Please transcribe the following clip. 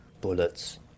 bullets